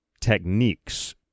techniques